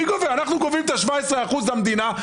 אנחנו גובים את ה-17% למדינה.